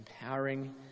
empowering